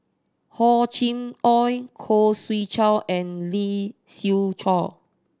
Hor Chim Or Khoo Swee Chiow and Lee Siew Choh